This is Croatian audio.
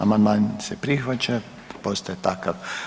Amandman se prihvaća i postaje takav.